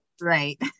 Right